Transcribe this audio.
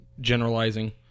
generalizing